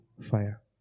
fire